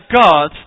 God